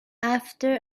after